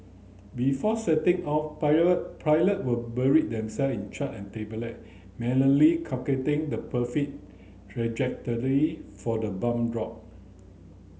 before setting off pilot would bury themselves in chart and manually calculating the perfect trajectory for the bomb drop